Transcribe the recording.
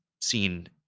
seen